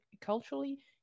culturally